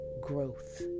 growth